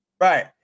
Right